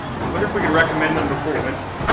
wonder if we could recommend them before winter?